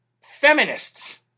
feminists